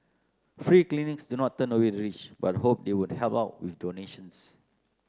free clinics do not turn away the rich but hope they would help out with donations